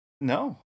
No